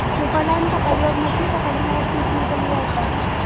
superline का प्रयोग मछली पकड़ने व खींचने के लिए होता है